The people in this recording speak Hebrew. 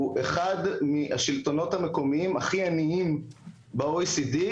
אחד מהשלטונות המקומיים הכי עניים ב-OECD.